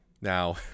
Now